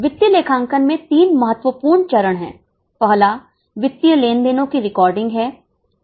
वित्तीय लेखांकन में तीन महत्वपूर्ण चरण है पहला वित्तीय लेनदेनो की रिकॉर्डिंग है